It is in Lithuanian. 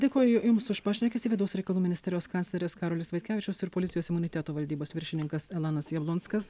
dėkoju jums už pašnekesį vidaus reikalų ministerijos kancleris karolis vaitkevičius ir policijos imuniteto valdybos viršininkas elanas jablonskas